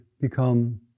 become